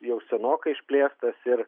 jau senokai išplėstas ir